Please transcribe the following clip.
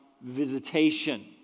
visitation